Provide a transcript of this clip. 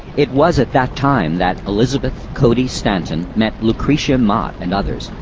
it was at that time that elizabeth cady stanton met lucretia mott and others,